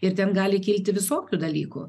ir ten gali kilti visokių dalykų